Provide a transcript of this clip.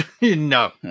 No